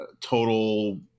total